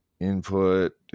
Input